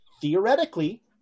theoretically